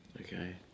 Okay